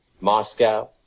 Moscow